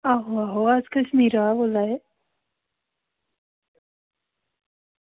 आहो अस कश्मीरा बोल्ला दे